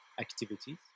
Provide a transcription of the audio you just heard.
activities